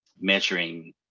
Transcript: measuring